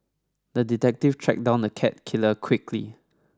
the detective tracked down the cat killer quickly